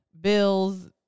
bills